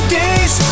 days